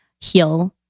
heal